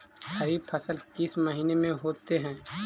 खरिफ फसल किस महीने में होते हैं?